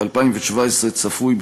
ב-2017 צפוי,